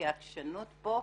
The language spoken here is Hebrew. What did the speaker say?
כי העקשנות פה,